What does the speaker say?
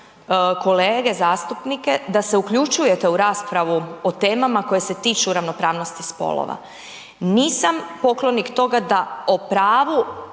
kolege zastupnike da se uključujete u raspravu o temama koje se tiču ravnopravnosti spolova. Nisam poklonik toga da o pravu